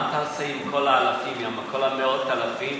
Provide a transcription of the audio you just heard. מה אתה עושה עם כל האלפים, כל מאות האלפים